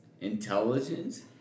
intelligence